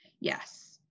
Yes